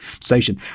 station